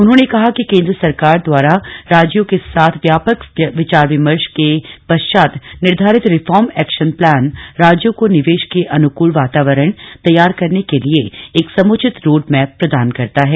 उन्होंने कहा कि केन्द्र सरकार द्वारा राज्यों के साथ व्यापक विचार विमर्श के पश्चात निर्धारित रिफॉर्म एक्शन प्लान राज्यों को निवेश के अनुकूल वातावरण तैयार करने के लिए एक समुचित रोड मैप प्रदान करता है